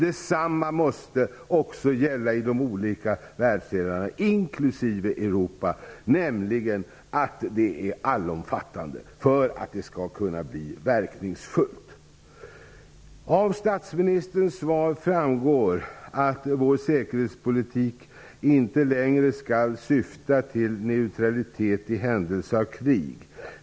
Detsamma måste också gälla i de olika världsdelarna, inklusive Europa, nämligen att det är allomfattande för att det skall kunna bli verkningsfullt. Av statsministerns svar framgår att vår säkerhetspolitik inte längre skall syfta till neutralitet i händelse av krig.